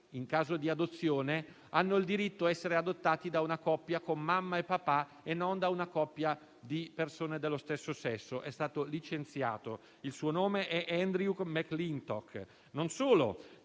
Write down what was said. in caso di adozione, hanno il diritto di essere adottati da una coppia con mamma e papà e non da una coppia di persone dello stesso sesso. È stato licenziato e il suo nome è Andrew McClintock. Non solo: